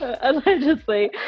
Allegedly